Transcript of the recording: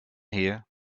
here